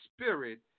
spirit